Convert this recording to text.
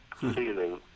feeling